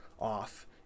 off